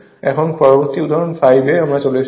এখন পরবর্তী উদাহরণ 5 এ আমরা চলে এসেছি